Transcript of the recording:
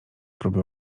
próby